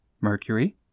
Mercury